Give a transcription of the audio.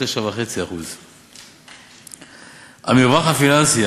9.5%. המרווח הפיננסי,